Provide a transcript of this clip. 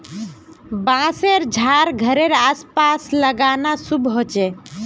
बांसशेर झाड़ घरेड आस पास लगाना शुभ ह छे